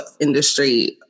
industry